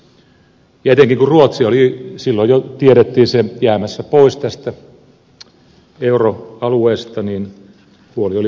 ja etenkin kun silloin jo tiedettiin että ruotsi oli jäämässä pois tästä euroalueesta huoli oli vielä suurempi